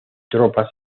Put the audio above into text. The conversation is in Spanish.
tropa